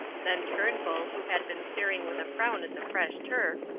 then turnbull, who had been staring with a frown at the fresh turf,